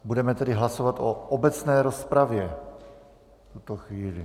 Budeme tedy hlasovat o obecné rozpravě v tuto chvíli.